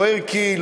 לא ערכי,